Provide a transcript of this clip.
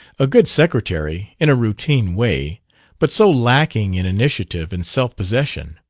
a good secretary in a routine way but so lacking in initiative and self-possession!